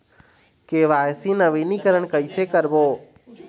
KYC नवीनीकरण कैसे करबो?